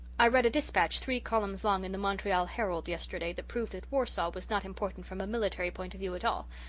i read a dispatch three columns long in the montreal herald yesterday that proved that warsaw was not important from a military point of view at all.